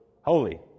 Holy